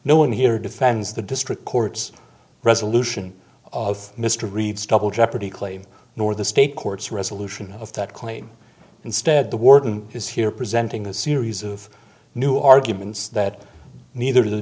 no one here defends the district court's resolution of mr reid's double jeopardy claim nor the state courts resolution of that claim instead the warden is here presenting the series of new arguments that neither